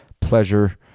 pleasure